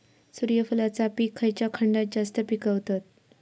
सूर्यफूलाचा पीक खयच्या खंडात जास्त पिकवतत?